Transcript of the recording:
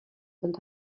and